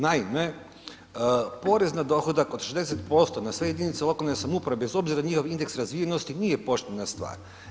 Naime, porez na dohodak od 60% na sve jedinice lokalne samouprave bez obzira na njihov indeks razvijenosti nije poštena stvar.